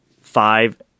five